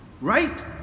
Right